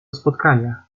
spotkania